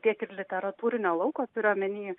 tiek ir literatūrinio lauko turiu omeny